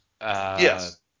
Yes